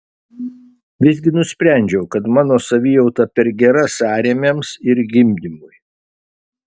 visgi nusprendžiau kad mano savijauta per gera sąrėmiams ir gimdymui